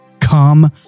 Come